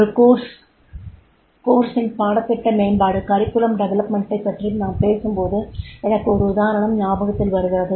ஒரு கோர்ஸ் இன் பாடத்திட்ட மேம்பாடு பற்றி நாம் பேசும்போது எனக்கு ஒரு உதாரணம் ஞாபகத்தில் வருகிறது